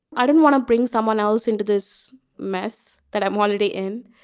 i didn't want to bring someone else into this mess that i'm already in.